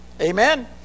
Amen